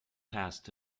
passed